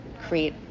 create